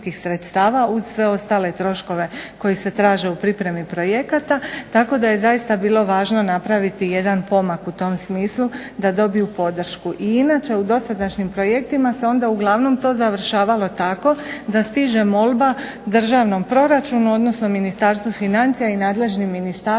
uz sve ostale troškove koji se traže u pripremi projekata. Tako da je zaista bilo važno napraviti jedan pomak u tom smislu da dobiju podršku. I inače u dosadašnjim projektima se onda uglavnom to završavalo tako da stiže molba državnom proračunu, odnosno Ministarstvu financija i nadležnim ministarstvima